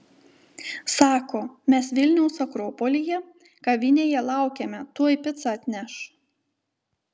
sako mes vilniaus akropolyje kavinėje laukiame tuoj picą atneš